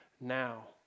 now